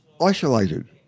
isolated